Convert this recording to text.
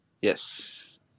Yes